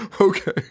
Okay